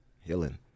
healing